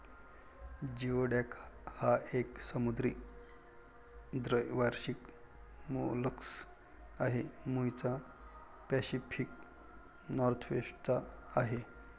geoduck हा एक समुद्री द्वैवार्षिक मोलस्क आहे, मूळचा पॅसिफिक नॉर्थवेस्ट चा आहे